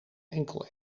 enkel